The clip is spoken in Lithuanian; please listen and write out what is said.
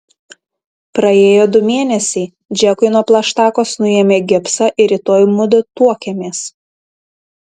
praėjo du mėnesiai džekui nuo plaštakos nuėmė gipsą ir rytoj mudu tuokiamės